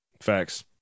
Facts